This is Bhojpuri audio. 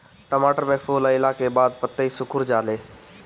टमाटर में फूल अईला के बाद पतईया सुकुर जाले?